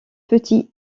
petits